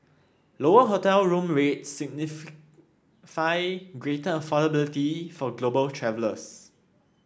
lower hotel room rates signify greater affordability for global travellers